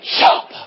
Chop